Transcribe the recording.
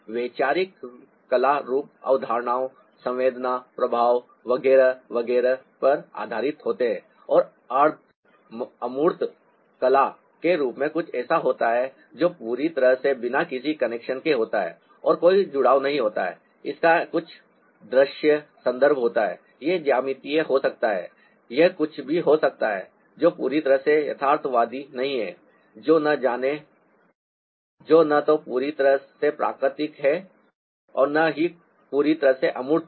वैचारिक कला रूप अवधारणाओं संवेदना प्रभाव वगैरह वगैरह पर आधारित होते हैं और अर्ध अमूर्त कला के रूप में कुछ ऐसा होता है जो पूरी तरह से बिना किसी कनेक्शन के होता है और कोई जुड़ाव नहीं होता है इसका कुछ दृश्य संदर्भ होता है यह ज्यामितीय हो सकता है यह कुछ भी हो सकता है जो पूरी तरह से यथार्थवादी नहीं है जो न तो पूरी तरह से प्राकृतिक है और न ही पूरी तरह से अमूर्त है